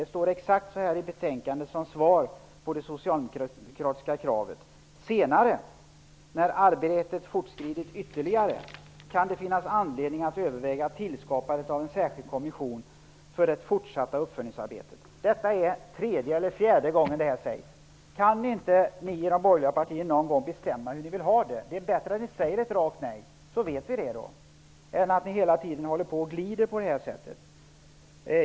Det står i betänkandet som svar på det socialdemokratiska kravet: ''Senare, när arbetet fortskridit ytterligare, kan det finnas anledning att överväga tillskapandet av en särskild kommission för det fortsatta uppföljningsarbetet.'' Det är tredje eller fjärde gången detta sägs. Kan ni inte i de borgerliga partierna någon gång bestämma hur ni vill ha det. Det är bättre att ni säger rakt nej, då vet vi det, i stället att för att hela tiden glida på det här sättet.